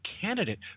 candidate